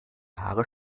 haare